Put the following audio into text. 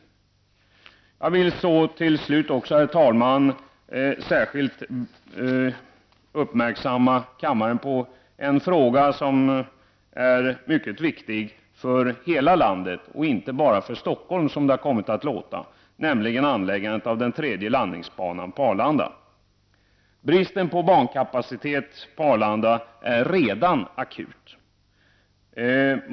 Herr talman! Jag vill till slut särskilt uppmärksamma kammaren på en fråga som är mycket viktig för hela landet. Det har kommit att låta som om den är viktig endast för Stockholm. Det gäller anläggandet av en tredje landningsbana på Arlanda. Bristen på bankapacitet på Arlanda är redan akut.